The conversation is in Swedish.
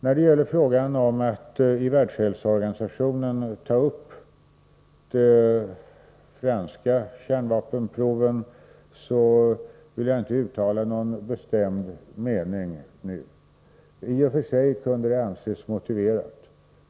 När det gäller frågan om att i Världshälsoorganisationen ta upp de franska kärnvapenproven vill jag inte nu uttala någon bestämd mening. I och för sig kunde det anses motiverat.